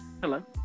Hello